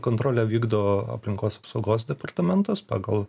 kontrolę vykdo aplinkos apsaugos departamentas pagal